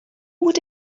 would